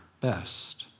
best